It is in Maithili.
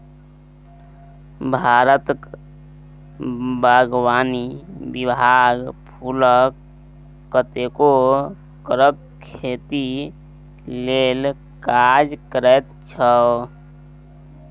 भारतक बागवानी विभाग फुलक कतेको तरहक खेती लेल काज करैत छै